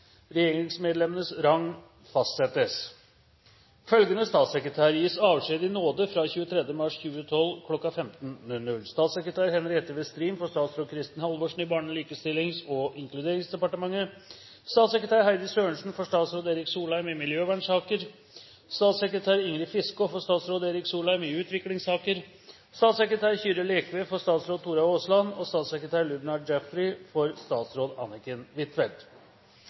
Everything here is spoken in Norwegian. rang fastsettes. Følgende statssekretærer gis avskjed i nåde fra 23. mars 2012 kl. 15.00: Statssekretær Henriette Westhrin for statsråd Kristin Halvorsen i Barne-, likestillings- og inkluderingsdepartementet Statssekretær Heidi Sørensen for statsråd Erik Solheim i miljøvernsaker Statssekretær Ingrid Fiskaa for statsråd Erik Solheim i utviklingssaker Statssekretær Kyrre Lekve for statsråd Tora Aasland Statssekretær Lubna Jaffery for statsråd Anniken Huitfeldt